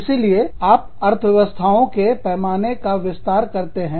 इसीलिए आप अर्थव्यवस्थाओं के पैमाने का विस्तार करते हैं